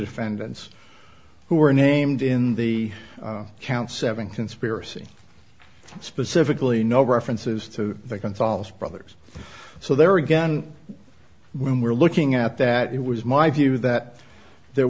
defendants who were named in the count seven conspiracy specifically no references to the gonzalez brothers so there again when we're looking at that it was my view that there